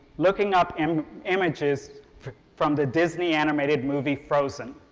looking up um images from the disney animated movie frozen.